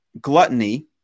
gluttony